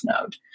node